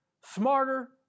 smarter